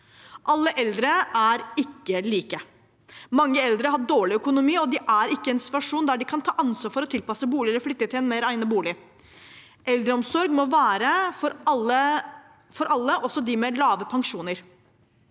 Alle eldre er ikke like. Mange eldre har dårlig økonomi, og de er ikke i en situasjon der de kan ta ansvar for å tilpasse bolig eller flytte til en mer egnet bolig. Eldreomsorg må være for alle, også for dem med lave pensjoner.